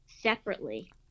separately